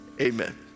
amen